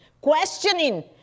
questioning